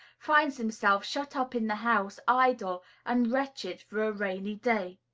finds himself shut up in the house idle and wretched for a rainy day.